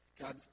God